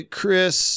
Chris